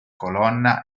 colonna